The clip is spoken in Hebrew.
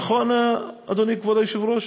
נכון, אדוני, כבוד היושב-ראש?